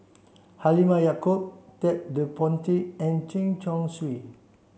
Halimah Yacob Ted De Ponti and Chen Chong Swee